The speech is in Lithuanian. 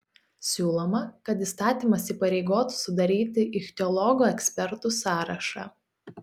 siūloma kad įstatymas įpareigotų sudaryti ichtiologų ekspertų sąrašą